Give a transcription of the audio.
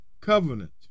covenant